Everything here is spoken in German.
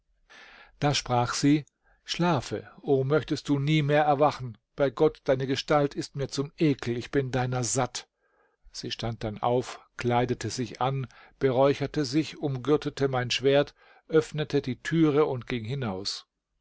da sprach sie schlafe o möchtest du nie mehr erwachen bei gott deine gestalt ist mir zum ekel ich bin deiner satt sie stand dann auf kleidete sich an beräucherte sich umgürtete mein schwert öffnete die türe und ging hinaus